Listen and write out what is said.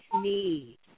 need